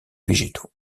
végétaux